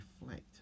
reflect